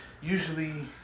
usually